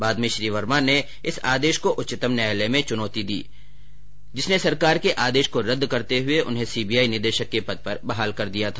बाद में श्री वर्मा ने इस आदेश को उच्चतम न्यायालय में चुनौती दी जिसने सरकार के आदेश को रद्द करते हुए उन्हें सी बी आई निदेशक के पद पर बहाल कर दिया था